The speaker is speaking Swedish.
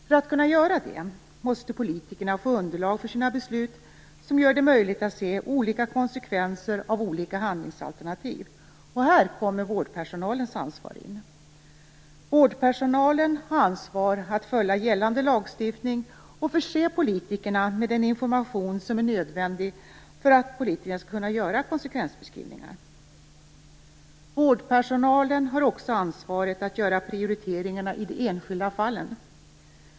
För att kunna göra detta måste politikerna få underlag för sina beslut som gör det möjligt att se olika konsekvenser av olika handlingsalternativ. Här kommer vårdpersonalens ansvar in. Vårdpersonalen har ansvar för att följa gällande lagstiftning och förse politikerna med den information som är nödvändig för att politikerna skall kunna göra konsekvensbeskrivningar. Vårdpersonalen har också ansvar för att göra prioriteringar i de enskilda fallen.